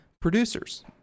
producers